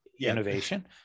innovation